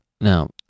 Now